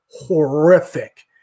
horrific